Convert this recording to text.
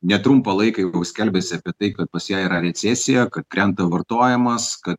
netrumpą laiką jau skelbiasi apie tai kad pas ją yra recesija kad krenta vartojimas kad